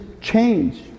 change